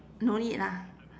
no need ah